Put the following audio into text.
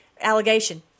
allegation